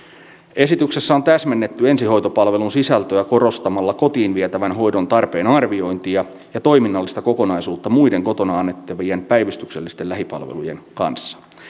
esityksessä on täsmennetty ensihoitopalvelun sisältöä korostamalla kotiin vietävän hoidon tarpeen arviointia ja toiminnallista kokonaisuutta muiden kotona annettavien päivystyksellisten lähipalvelujen kanssa